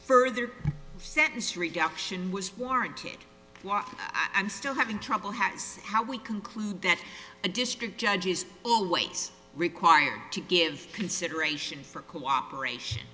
further sentence reaction was warranted i'm still having trouble happens how we conclude that a district judge is always required to give consideration for cooperation